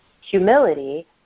humility